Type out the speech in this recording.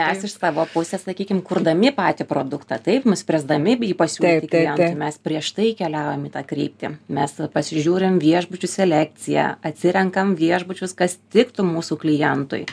mes iš savo pusės sakykim kurdami patį produktą taip nuspręsdami jį pasiūlyt klientui mes prieš tai keliaujam į tą kryptį mes pasižiūrim viešbučių selekciją atsirenkam viešbučius kas tiktų mūsų klientui